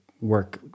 work